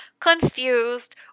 Confused